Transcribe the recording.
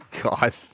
God